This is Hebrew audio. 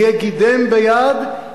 אני אהיה גידם ביד,